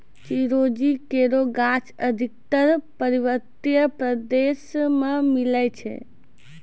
चिरौंजी केरो गाछ अधिकतर पर्वतीय प्रदेश म मिलै छै